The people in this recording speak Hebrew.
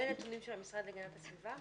אלה נתונים של המשרד להגנת הסביבה?